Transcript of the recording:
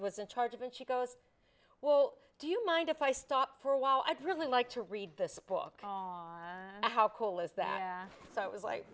was in charge of and she goes well do you mind if i stop for a while i'd really like to read this book how cool is that so it was like